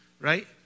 Right